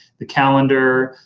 the calendar,